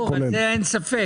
זה ברור, בזה אין ספק.